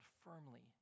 firmly